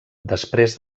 després